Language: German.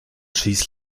schieß